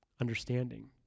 understanding